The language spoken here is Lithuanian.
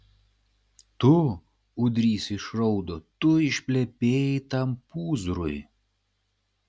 tu ūdrys išraudo tu išplepėjai tam pūzrui